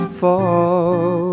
fall